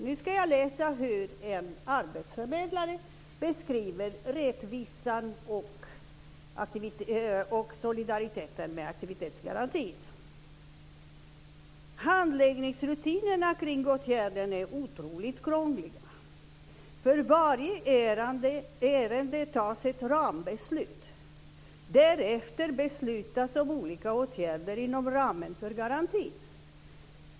Nu ska jag läsa upp hur en arbetsförmedlare beskriver rättvisan och solidariteten i aktivitetsgarantin: Handläggningsrutinerna kring åtgärden är otroligt krångliga. För varje ärende tas ett rambeslut. Därefter beslutas om olika åtgärder inom ramen för garantin.